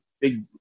big